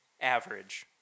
average